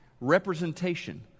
representation